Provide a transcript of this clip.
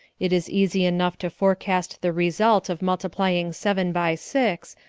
it is easy enough to forecast the result of multiplying seven by six,